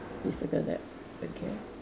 you circle that okay